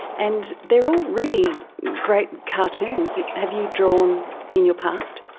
and they are all really great cartoons. have you drawn in your past?